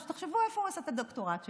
תחשבו איפה הוא עשה את הדוקטורט שלו.